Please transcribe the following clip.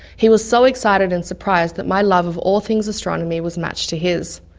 he was so excited and surprised that my love of all things astronomy was matched to his.